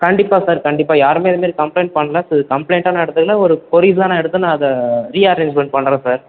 கண்டிப்பாக சார் கண்டிப்பாக யாருமே இது மாதிரி கம்ப்ளைன்ட் பண்ணல ஸோ இதை கம்ப்ளைன்ட்டாக நான் எடுத்துக்கல ஒரு கொரிஸாக நான் எடுத்து நான் அதை ரீ அரேஞ்மெண்ட் பண்ணுறேன் சார்